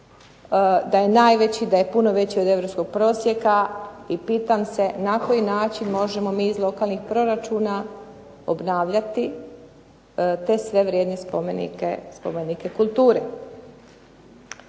da je najveći, da je puno veći od europskog prosjeka i pitam se na koji način možemo mi iz lokalnih proračuna obnavljati te sve vrijedne spomenike kulture.